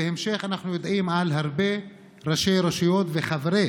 בהמשך, אנחנו יודעים על הרבה ראשי רשויות וחברי